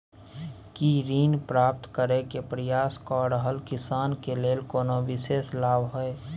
की ऋण प्राप्त करय के प्रयास कए रहल किसान के लेल कोनो विशेष लाभ हय?